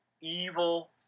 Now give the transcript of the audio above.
evil